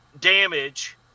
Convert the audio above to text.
damage